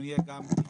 שמוציאים את זה למכרז.